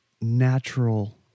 natural